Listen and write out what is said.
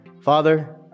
Father